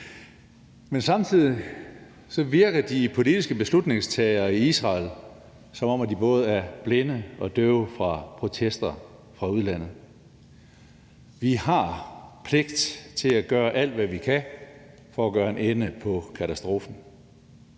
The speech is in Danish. Men samtidig virker de politiske beslutningstagere i Israel, som om de både er blinde og døve for protester fra udlandet. Vi har pligt til at gøre alt, hvad vi kan, for at gøre en ende på katastrofen,